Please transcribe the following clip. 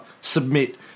submit